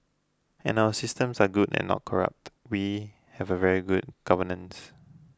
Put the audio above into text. and our systems are good and not corrupt we have a very good governance